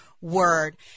Word